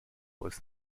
was